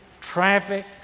Traffic